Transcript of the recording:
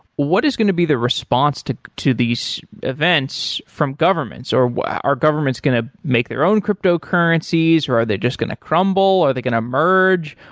what is going to be the response to to these events from governments, or are governments going to make their own cryptocurrencies or are they just going to crumble? are they going to merge?